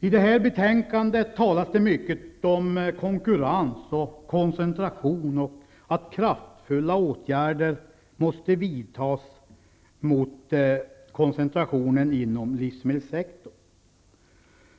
I det här betänkandet talas det mycket om konkurrens och koncentration samt om att kraftfulla åtgärder måste vidtas för att motverka koncentrationen inom livsmedelssektorn.